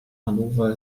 hannover